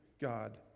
God